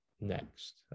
next